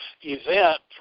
event